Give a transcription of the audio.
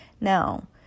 Now